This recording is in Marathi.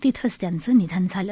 तिथंच त्यांचं निधन झालं